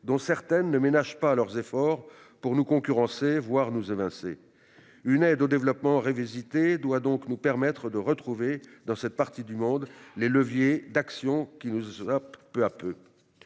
dont certaines ne ménagent pas leurs efforts pour nous concurrencer, voire nous évincer. Une aide au développement revisitée doit donc nous permettre de retrouver, dans cette partie du monde, les leviers d'action qui nous échappent peu à peu.